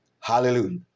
Hallelujah